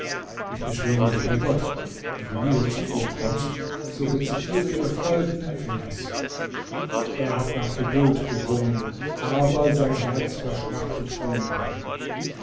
ich beschwöre dich bei gott wenn du wieder zu ihr kommst so rezitiere ihr folgenden vers er hat nach geduld gerungen aber sein herz verschmachtet vor liebe